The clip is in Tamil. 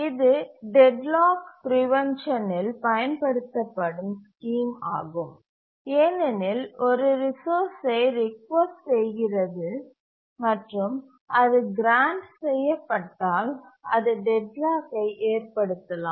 இது டெட்லாக் பிரேவென்ஷன் இல் பயன்படுத்தப்படும் ஸ்கீம் ஆகும் ஏனெனில் ஒரு ரிசோர்ஸ்சை ரிக்வெஸ்ட் செய்கிறது மற்றும் அது கிராண்ட் செய்யபட்டால் அது டெட்லாக்கை ஏற்படுத்தலாம்